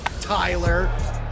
Tyler